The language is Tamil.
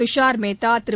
துஷார் மேத்தா திரு